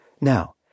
Now